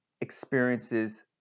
experiences